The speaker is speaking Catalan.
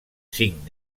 cinc